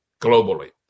globally